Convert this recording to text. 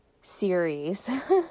series